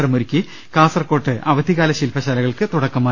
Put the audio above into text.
സരമൊരുക്കി കാസർക്കോട്ട് അവധിക്കാല ശില്പശാലകൾക്ക് തുടക്കമായി